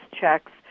checks